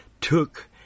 took